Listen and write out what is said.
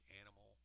animal